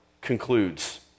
concludes